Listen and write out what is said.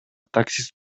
таксист